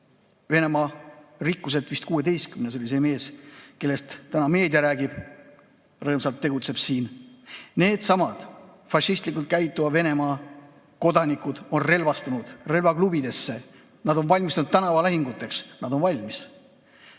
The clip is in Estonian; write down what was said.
Venemaa 16. inimene oli see mees, kellest täna meedia räägib, rõõmsalt tegutseb siin. Needsamad fašistlikult käituva Venemaa kodanikud on relvastunud relvaklubides, nad on valmistunud tänavalahinguteks, nad on valmis.